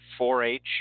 4-H